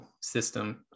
system